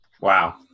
Wow